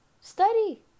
study